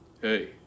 Hey